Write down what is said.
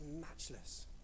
matchless